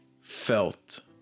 felt